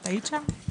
את היית שם?